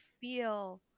feel